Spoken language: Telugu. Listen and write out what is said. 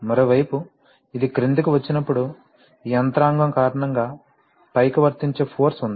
మరోవైపు ఇది క్రిందికి వచ్చినప్పుడు ఈ యంత్రాంగం కారణంగా పైకి వర్తించే ఫోర్స్ ఉంది